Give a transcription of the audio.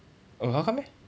oh how come eh